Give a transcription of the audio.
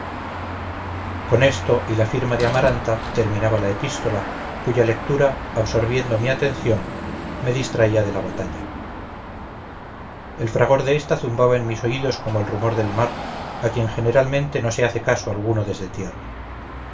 con esto y la firma de amaranta terminaba la epístola cuya lectura absorbiendo mi atención me distraía de la batalla el fragor de esta zumbaba en mis oídos como el rumor del mar a quien generalmente no se hace caso alguno desde tierra